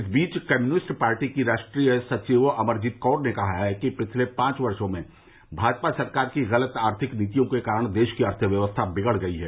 इस बीच भारतीय कम्युनिस्ट पार्टी की राष्ट्रीय सचिव अमरजीत कौर ने कहा है कि पिछले पांच वर्षो में भाजपा सरकार की गलत आर्थिक नीतियों के कारण देश की अर्थव्यवस्था बिगाड़ गई है